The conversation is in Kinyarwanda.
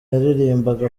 yaririmbaga